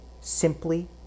simply